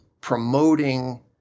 promoting